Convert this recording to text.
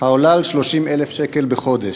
העולה על 30,000 שקל בחודש.